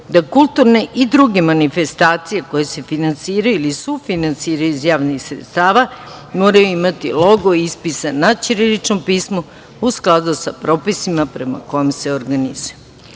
da kulturne i druge manifestacije koje se finansiraju ili sufinansiraju iz javnih sredstava moraju imati logo ispisan na ćiriličnom pismu, u skladu sa propisima prema kome se organizuju. Značajna